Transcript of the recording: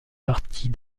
partie